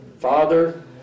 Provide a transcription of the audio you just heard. Father